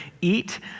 eat